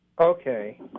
Okay